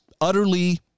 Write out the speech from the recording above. utterly